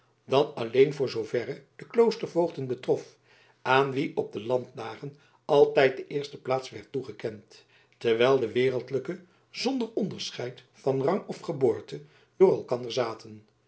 dan alleen voor zooverre de kloostervoogden betrof aan wie op de landdagen altijd de eerste plaats werd toegekend terwijl de wereldlijken zonder onderscheid van rang of geboorte door elkander zaten